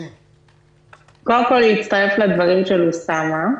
קודם כל להצטרף לדברים של אוסאמה,